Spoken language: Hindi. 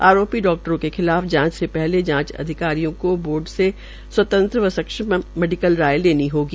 आरोपी डाकटरो के खिलाफ जांच से पहले जांच अधिकारियों को बोर्डो से स्पतंत्र व सक्षम मेडिकल राय लेनी होगी